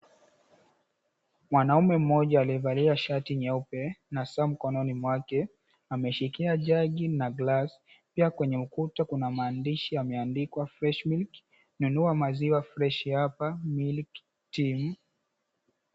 Mwanamume mmoja aliyevalia shati nyeupe na saa mkononi mwake, ameshikia jagi na glasi. Pia kwenye ukuta kuna maandishi yameendikwa fresh milk nunua maziwa freshi hapa milk team .